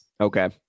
Okay